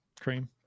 cream